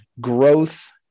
growth